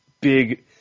big